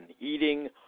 eating